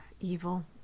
Evil